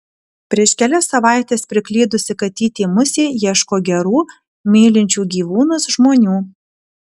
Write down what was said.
prieš kelias savaites priklydusi katytė musė ieško gerų mylinčių gyvūnus žmonių